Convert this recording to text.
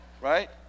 right